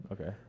Okay